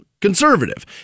conservative